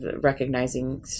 recognizing